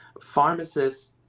pharmacists